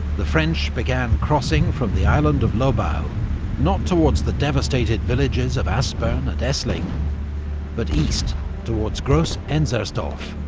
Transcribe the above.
the french began crossing from the island of lobau not towards the devastated villages of aspern and essling but east towards gross-enzersdorf,